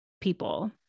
people